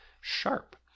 Sharp